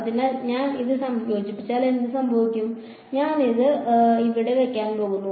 അതിനാൽ ഞാൻ ഇത് സംയോജിപ്പിച്ചാൽ എന്ത് സംഭവിക്കും ഞാൻ ഇത് ഇവിടെ വയ്ക്കാൻ പോകുന്നു